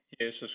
Jesus